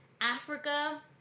Africa